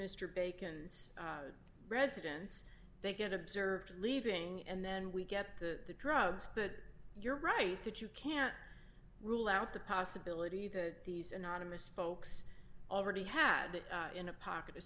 mr bacon's residence they get observed leaving and then we get the drugs but you're right that you can't rule out the possibility that these anonymous folks already had it in a pocket a